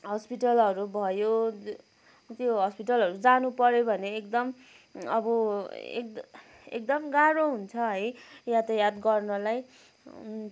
हस्पिटलहरू भयो त्यो हस्पिटलहरू जानु पऱ्यो भने एकदम अब एकदम गाह्रो हुन्छ है यातायात गर्नलाई